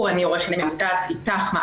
אני עורכת דין מטעם "איתך-מעכי",